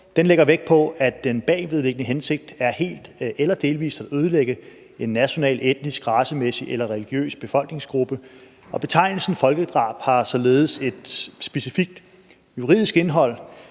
Den lægger vægt på, at den bagvedliggende hensigt er helt eller delvis at ødelægge en national etnisk, racemæssig eller religiøs befolkningsgruppe. Betegnelsen folkedrab har således et specifikt juridisk indhold.